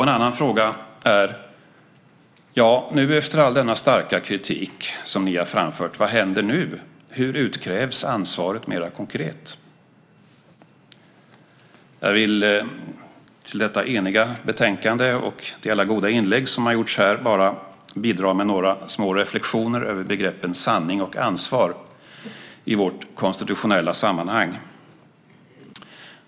En annan fråga är: Efter all denna starka kritik som ni har framfört, vad händer nu? Hur utkrävs ansvaret mera konkret? Jag vill till detta eniga betänkande och alla goda inlägg som gjorts här bara bidra med några små reflexioner över begreppen sanning och ansvar i vårt konstitutionella sammanhang.